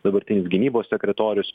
dabartinis gynybos sekretorius